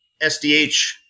sdh